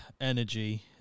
energy